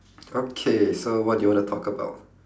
okay so what do you want to talk about